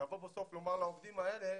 לבוא בסוף ולומר לעובדים האלה,